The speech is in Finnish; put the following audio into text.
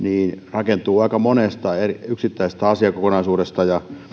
rakentuu aika monesta yksittäisestä asiakokonaisuudesta